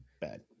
bad